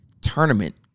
tournament